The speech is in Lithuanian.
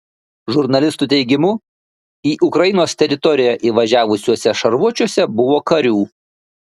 žurnalistų teigimu į ukrainos teritoriją įvažiavusiuose šarvuočiuose buvo karių